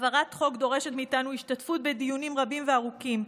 העברת חוק דורשת מאיתנו השתתפות בדיונים רבים וארוכים.